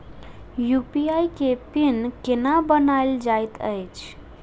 UPI केँ PIN केना बनायल जाइत अछि